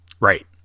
Right